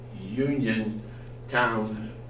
Uniontown